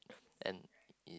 and it